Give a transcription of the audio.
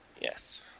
Yes